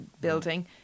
building